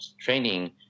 training